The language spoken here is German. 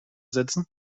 setzen